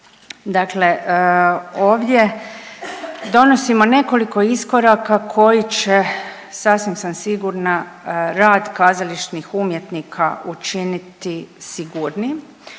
Dakle, ovdje donosimo nekoliko iskoraka koji će sasvim sam sigurna rad kazališnih umjetnika učiniti sigurnijim.